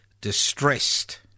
distressed